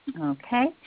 Okay